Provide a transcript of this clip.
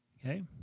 Okay